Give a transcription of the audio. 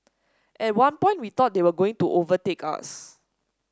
at one point we thought they were going to overtake us